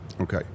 Okay